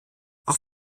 auch